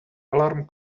alarm